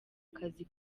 akazi